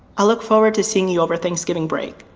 i'll look forward to seeing you over thanksgiving break!